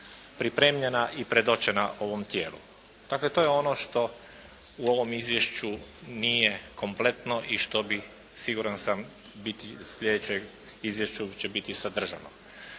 pripremljena i predočena ovom tijelu. Dakle to je ono što u ovom izvješću nije kompletno i što bi siguran sam biti, u sljedećem izvješću će biti sadržano.